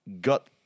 got